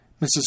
Mrs